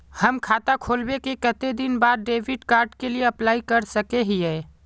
हम खाता खोलबे के कते दिन बाद डेबिड कार्ड के लिए अप्लाई कर सके हिये?